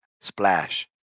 Splash